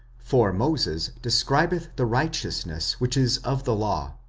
for moses describeth the righteousness which is of the law,